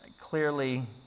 clearly